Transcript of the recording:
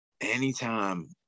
anytime